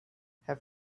have